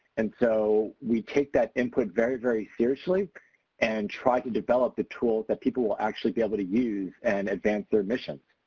and so we take that input very, very seriously and try to develop the tools that people will actually be able to use and advance their mission.